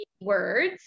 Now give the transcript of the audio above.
words